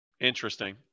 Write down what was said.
Interesting